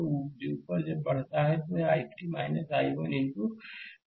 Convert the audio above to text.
तो जब ऊपर की ओर बढ़ता है तो यह I3 I1 इनटूinto 6 है